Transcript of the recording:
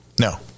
No